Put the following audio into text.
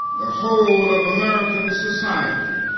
the whole of american society.